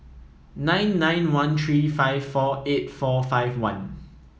nine nine one three five four eight four five one